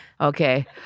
Okay